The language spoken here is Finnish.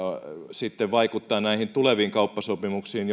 vaikuttaa näihin tuleviin kauppasopimuksiin